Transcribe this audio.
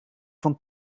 van